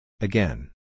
Again